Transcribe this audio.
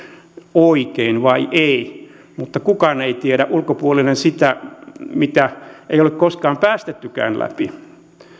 oikein vai ei mutta kukaan ulkopuolinen ei tiedä sitä mitä ei ole koskaan päästettykään läpi